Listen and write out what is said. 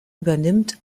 übernimmt